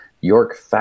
york